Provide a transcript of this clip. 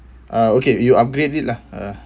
ah okay you upgrade it lah ah